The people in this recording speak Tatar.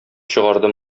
чыгарды